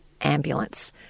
ambulance